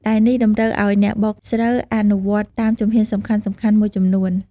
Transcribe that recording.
ដែលនេះតម្រូវអោយអ្នកបុកស្រូវអនុវត្តតាមជំហានសំខាន់ៗមួយចំនួន។